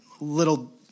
little